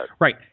Right